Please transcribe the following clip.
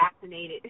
vaccinated